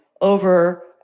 over